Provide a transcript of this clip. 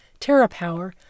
TerraPower